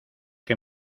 que